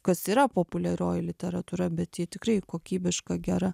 kas yra populiarioji literatūra bet ji tikrai kokybiška gera